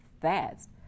fast